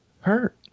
hurt